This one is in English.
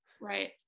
Right